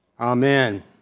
Amen